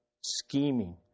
scheming